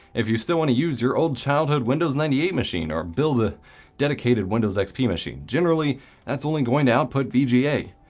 if you so want to use your old childhood windows ninety eight machine, or build a dedicated windows xp machine generally that's only going to output vga.